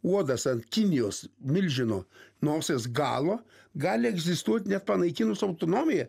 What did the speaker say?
uodas ant kinijos milžino nosies galo gali egzistuot net panaikinus autonomiją